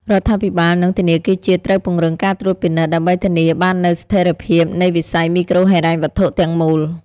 រដ្ឋាភិបាល និងធនាគារជាតិត្រូវពង្រឹងការត្រួតពិនិត្យ ដើម្បីធានាបាននូវស្ថិរភាពនៃវិស័យមីក្រូហិរញ្ញវត្ថុទាំងមូល។